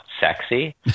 sexy